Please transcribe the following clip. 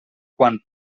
quan